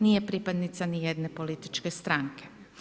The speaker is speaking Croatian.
Nije pripadnica nijedne političke stranke.